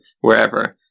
wherever